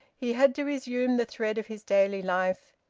he had to resume the thread of his daily life.